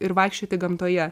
ir vaikščioti gamtoje